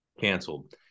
Canceled